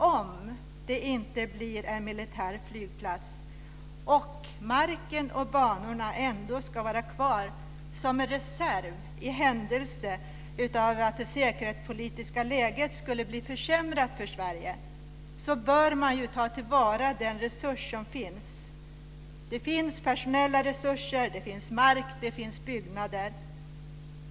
Om det inte blir en militär flygplats och marken och banorna ändå ska vara kvar som en reserv i händelse av att det säkerhetspolitiska läget skulle bli försämrat för Sverige bör man ta till vara den resurs som finns. Det finns personella resurser, det finns mark och det finns byggnader.